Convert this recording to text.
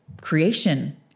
creation